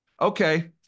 okay